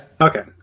Okay